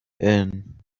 and